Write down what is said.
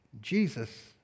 Jesus